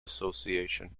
association